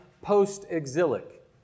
Post-exilic